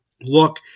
look